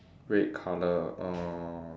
red colour ah uh